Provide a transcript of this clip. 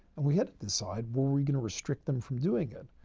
and we had to decide, were we going to restrict them from doing it?